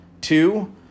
Two